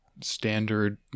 standard